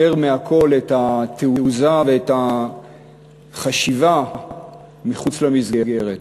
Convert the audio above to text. יותר מכול את התעוזה ואת החשיבה מחוץ למסגרת.